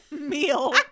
meal